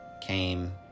came